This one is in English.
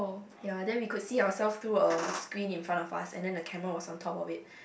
ya then we could see ourselves through a screen in front of us and then the camera was on top of it